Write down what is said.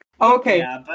Okay